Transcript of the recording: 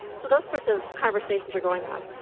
so those sorts of conversations are going on.